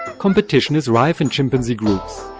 competition is rife in chimpanzee groups.